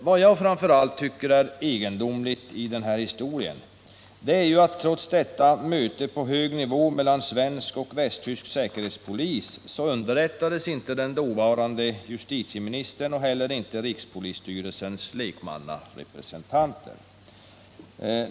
Vad jag framför allt tycker är egendomligt i denna historia är att den dåvarande justitieministern, trots detta möte på hög nivå mellan svensk och västtysk säkerhetspolis, inte underrättades och inte heller rikspolisstyrelsens lekmannarepresentanter.